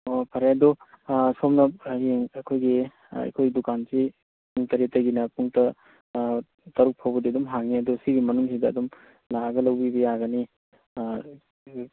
ꯑꯣ ꯐꯔꯦ ꯑꯗꯣ ꯁꯣꯝꯅ ꯍꯌꯦꯡ ꯑꯩꯈꯣꯏꯒꯤ ꯑꯩꯈꯣꯏ ꯗꯨꯀꯥꯟꯁꯤ ꯄꯨꯡ ꯇꯔꯦꯠꯇꯒꯤꯅ ꯄꯨꯡ ꯇꯔꯨꯛ ꯐꯥꯎꯕꯗꯤ ꯑꯗꯨꯝ ꯍꯥꯡꯒꯅꯤ ꯑꯗꯣ ꯁꯤꯒꯤ ꯃꯅꯨꯡꯁꯤꯗ ꯑꯗꯨꯝ ꯂꯥꯛꯑꯒ ꯂꯧꯕꯤꯕ ꯌꯥꯒꯅꯤ